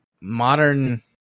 modern